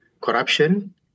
corruption